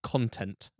content